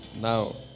Now